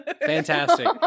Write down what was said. Fantastic